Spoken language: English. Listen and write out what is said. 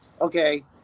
okay